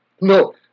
No